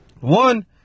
One